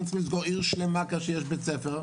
צריך לסגור עיר שלמה כאשר יש בית ספר?